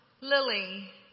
Lily